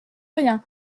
rien